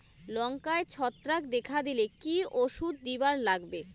লঙ্কায় ছত্রাক দেখা দিলে কি ওষুধ দিবার লাগবে?